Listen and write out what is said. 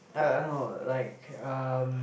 I I know like um